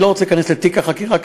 אני לא רוצה להיכנס לתיק החקירה,